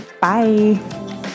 bye